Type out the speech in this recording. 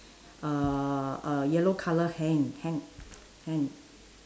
uh uh yellow colour hang hang hand